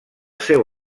seu